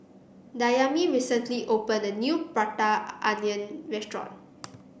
Dayami recently opened a new Prata Onion restaurant